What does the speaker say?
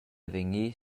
vegnir